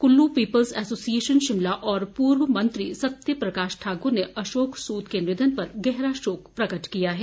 Kullu peoples association Shimla और पूर्व मंत्री सत्य प्रकार ठाकुर ने अशोक सूद के निधन पर गहरा शोक प्रकट किया है